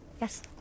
Yes